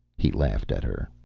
he laughed at her.